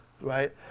right